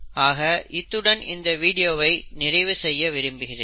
ஆக இத்துடன் இந்த வீடியோவை நிறைவு செய்ய விரும்புகிறேன்